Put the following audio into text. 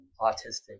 autistic